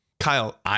Kyle